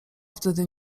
wtedy